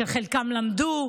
שחלקם למדו,